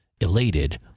Elated